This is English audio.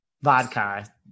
Vodka